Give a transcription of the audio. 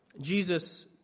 Jesus